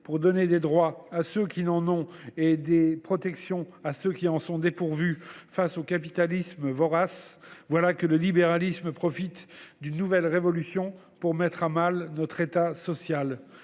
pour donner des droits à ceux qui n’en ont pas et des protections à ceux qui en sont dépourvus face au capitalisme vorace, voilà que le libéralisme profite d’une nouvelle révolution pour mettre à mal notre État social.